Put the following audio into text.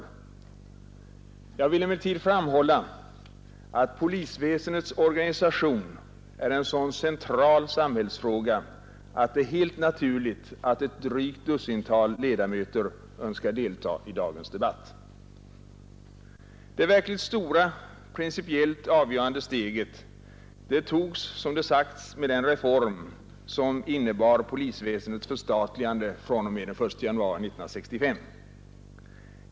Först vill jag emellertid framhålla att polisväsendets organisation är en så central samhällsfråga att det är helt naturligt att ett drygt dussintal ledamöter önskar delta i dagens debatt. Det verkligt stora, principiellt avgörande steget togs med den reform som innebar polisväsendets förstatligande den 1 januari 1965.